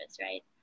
right